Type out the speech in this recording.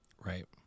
Right